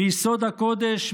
מיסוד הקודש,